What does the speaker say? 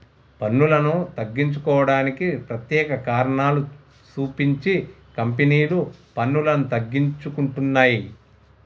పన్నులను తగ్గించుకోవడానికి ప్రత్యేక కారణాలు సూపించి కంపెనీలు పన్నులను తగ్గించుకుంటున్నయ్